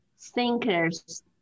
thinkers